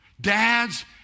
Dads